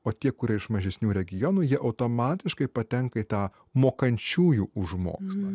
o tie kurie iš mažesnių regionų jie automatiškai patenka į tą mokančiųjų už mokslą